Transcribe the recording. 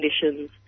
conditions